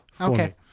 okay